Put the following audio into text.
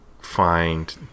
find